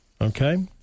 Okay